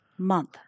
Month